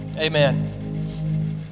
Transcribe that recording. Amen